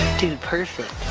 dude perfect.